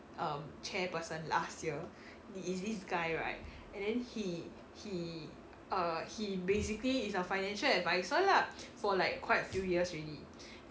um chair person last year he is this guy right and then he he err he basically is a financial adviser lah for like quite few years already